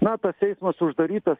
na tas eismas uždarytas